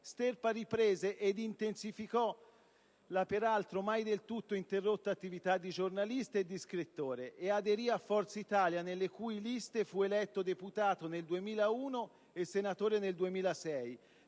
Sterpa riprese ed intensificò la peraltro mai del tutto interrotta attività di giornalista e di scrittore e aderì a Forza Italia, nelle cui liste fu eletto deputato nel 2001 e senatore nel 2006,